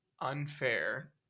unfair